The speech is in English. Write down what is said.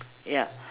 ya